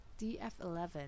DF-11